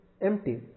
empty